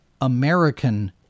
American